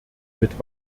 mit